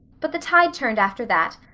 but the tide turned after that.